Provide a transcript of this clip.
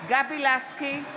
גבי לסקי,